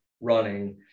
running